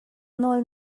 nawl